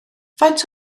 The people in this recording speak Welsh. faint